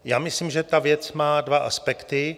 Já myslím, že ta věc má dva aspekty.